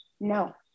no